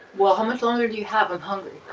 well, how much longer do you have? i'm hungry.